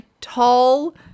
tall